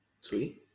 Sweet